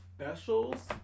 specials